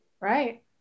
right